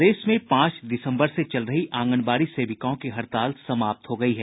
प्रदेश में पांच दिसम्बर से चल रही आंगनवाड़ी सेविकाओं की हड़ताल समाप्त हो गयी है